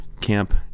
camp